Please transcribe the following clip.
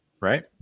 right